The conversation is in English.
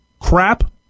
crap